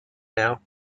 now